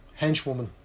henchwoman